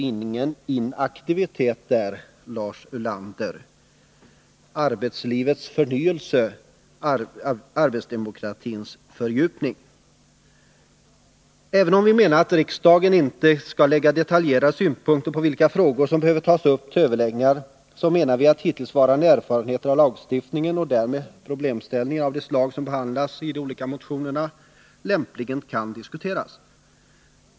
Ingen inaktivitet där, Lars Även om vi menar att riksdagen inte bör lägga detaljerade synpunkter på vilka frågor som behöver tas upp till överläggningar, menar vi att hittillsvarande erfarenheter av lagstiftningen och därmed problemställningar av det slag som behandlas i de olika motionerna lämpligen kan diskuteras.